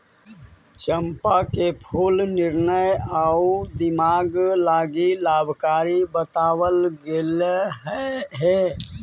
चंपा के फूल निर्णय आउ दिमाग लागी लाभकारी बतलाबल गेलई हे